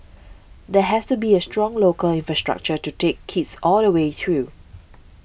there has to be a strong local infrastructure to take kids all the way through